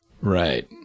Right